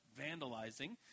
vandalizing